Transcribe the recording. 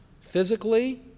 Physically